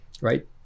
right